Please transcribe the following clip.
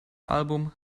album